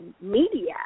Media